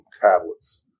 tablets